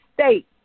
state